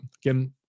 Again